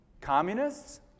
communists